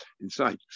inside